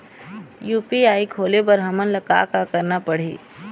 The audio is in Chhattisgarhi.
यू.पी.आई खोले बर हमन ला का का करना पड़ही?